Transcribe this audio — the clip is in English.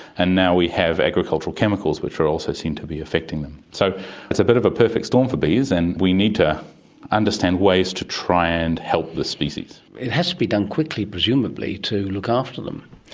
and now we have agricultural chemicals which also seem to be affecting them. so it's a bit of a perfect storm for bees, and we need to understand ways to try and help the species. it has to be done quickly presumably to look after them.